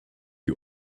you